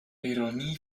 ironie